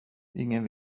ingen